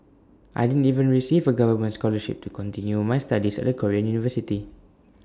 I didn't even receive A government scholarship to continue my studies at A Korean university